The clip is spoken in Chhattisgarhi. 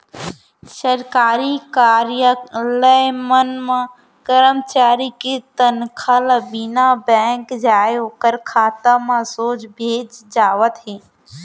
सरकारी कारयालय मन म करमचारी के तनखा ल बिना बेंक जाए ओखर खाता म सोझ भेजे जावत हे